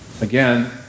Again